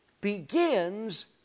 begins